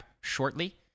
shortly